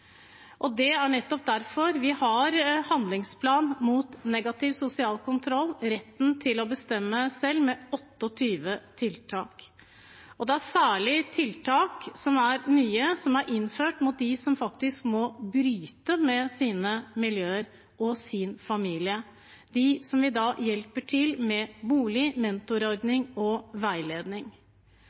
og det er nettopp derfor vi har Handlingsplan mot negativ sosial kontroll, retten til å bestemme selv, med 28 tiltak. Det er særlig tiltak som er nye, som er innført rettet mot dem som faktisk må bryte med sine miljøer og sin familie, dem som vi da hjelper med bolig, mentorordning og veiledning.